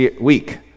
week